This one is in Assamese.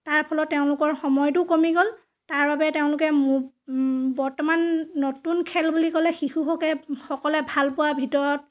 তাৰ ফলত তেওঁলোকৰ সময়টো কমি গ'ল তাৰ বাবে তেওঁলোকে মো বৰ্তমান নতুন খেল বুলি ক'লে শিশুসকে সকলে ভাল পোৱা ভিতৰত